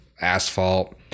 asphalt